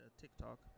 TikTok